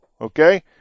okay